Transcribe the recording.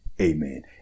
Amen